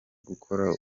gukora